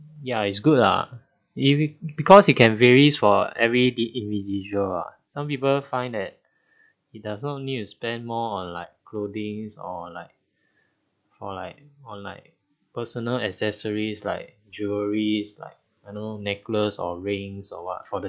ya it's good ah if it because you can varies for every the individual ah some people find that it doesn't only you spend more on like clothings or like or like or like personal accessories like jewelries like you know necklace or rings or what for the